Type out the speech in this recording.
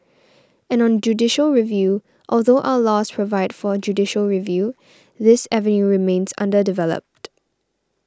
and on judicial review although our laws provide for judicial review this avenue remains underdeveloped